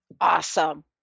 Awesome